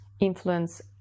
influence